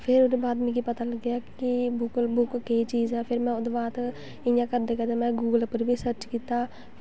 फिर ओह्दे बाद मिगी पता लग्गेआ कि बुक्क केह् चीज़ ऐ फिर में ओह्दै बाद इ'यां करदे करदे में गुगल पर बी सर्च कीता